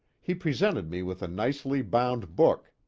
he presented me with a nicely bound book,